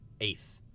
eighth